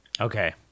Okay